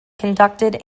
conducted